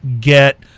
get